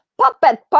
Puppet